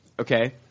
okay